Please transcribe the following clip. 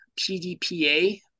PDPA